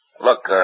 Look